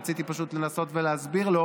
אני רציתי לנסות להסביר לו